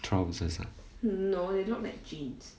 trousers ah